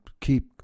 keep